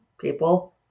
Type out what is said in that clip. people